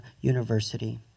University